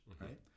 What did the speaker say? right